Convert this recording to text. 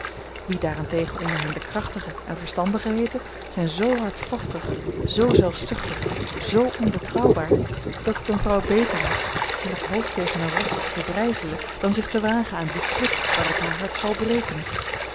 wie daarentegen onder hen de krachtigen en verstandigen heeten zijn zoo hardvochtig zoo zelfzuchtig zoo onbetrouwbaar dat het eener vrouw beter is zich het hoofd tegen een rots te verbrijzelen dan zich te wagen aan die klip waarop haar hart zal breken